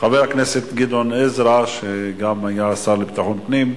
חבר הכנסת גדעון עזרא, שגם היה השר לביטחון פנים,